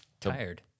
tired